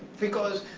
because